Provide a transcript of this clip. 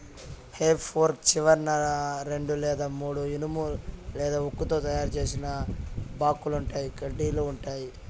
హె fork చివరన రెండు లేదా మూడు ఇనుము లేదా ఉక్కుతో తయారు చేసిన బాకుల్లాంటి కడ్డీలు ఉంటాయి